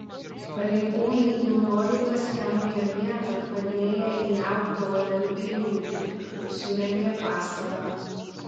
pareigūnai į nurodytą schemoje vietą padėję jav dolerių ir litų surengė pasalą